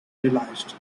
realized